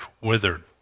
withered